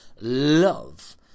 love